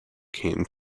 came